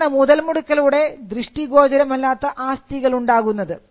ഇങ്ങനെയാണ് മുതൽമുടക്കിലൂടെ ദൃഷ്ടിഗോചരമല്ലാത്ത ആസ്തികൾ ഉണ്ടാകുന്നത്